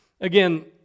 Again